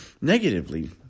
negatively